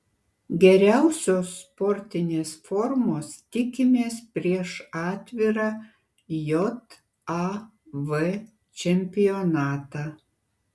geriausios sportinės formos tikimės prieš atvirą jav čempionatą